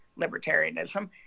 libertarianism